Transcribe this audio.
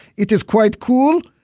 it is quite cool.